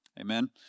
Amen